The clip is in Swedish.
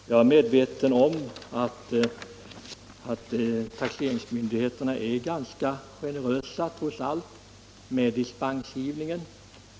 Herr talman! Jag är medveten om att taxeringsmyndigheterna trots allt är ganska generösa med dispensgivningen.